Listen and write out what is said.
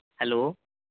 hello